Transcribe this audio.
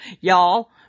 Y'all